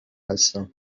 هستم